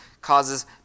causes